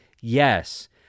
Yes